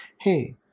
hey